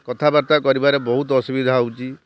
କଥାବାର୍ତ୍ତା କରିବାରେ ବହୁତ ଅସୁବିଧା ହେଉଛି